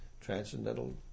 transcendental